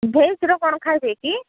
ଭେଜ୍ର କ'ଣ ଖାଇବେ କି